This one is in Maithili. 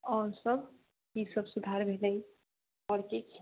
आओर सब की सब सुधार भेलै आओर किछु